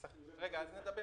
תודה.